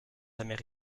jamais